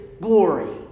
glory